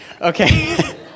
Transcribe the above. Okay